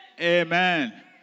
Amen